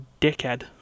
dickhead